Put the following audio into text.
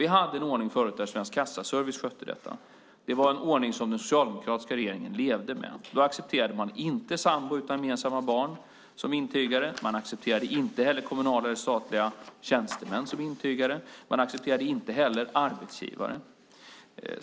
Vi hade en ordning förut där Svensk Kassaservice skötte det här. Det var en ordning som den socialdemokratiska regeringen levde med. Då accepterade man inte sambo utan gemensamma barn som intygare. Man accepterade inte kommunala eller statliga tjänstemän som intygare, inte heller arbetsgivare.